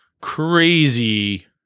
crazy